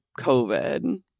COVID